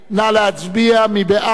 נא להצביע, מי בעד?